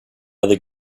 other